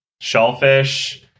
shellfish